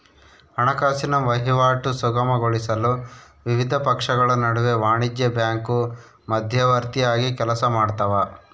ಹಣಕಾಸಿನ ವಹಿವಾಟು ಸುಗಮಗೊಳಿಸಲು ವಿವಿಧ ಪಕ್ಷಗಳ ನಡುವೆ ವಾಣಿಜ್ಯ ಬ್ಯಾಂಕು ಮಧ್ಯವರ್ತಿಯಾಗಿ ಕೆಲಸಮಾಡ್ತವ